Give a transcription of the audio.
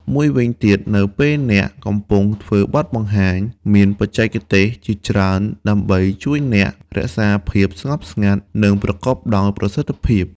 មួយវិញទៀត នៅពេលអ្នកកំពុងធ្វើបទបង្ហាញ មានបច្ចេកទេសជាច្រើនដើម្បីជួយអ្នករក្សាភាពស្ងប់ស្ងាត់ និងប្រកបដោយប្រសិទ្ធភាព។